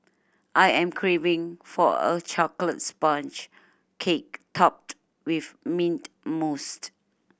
I am craving for a chocolate sponge cake topped with mint moused